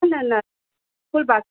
न न कुल